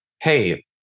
hey